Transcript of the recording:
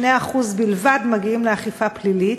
2% בלבד, מגיעים לאכיפה פלילית.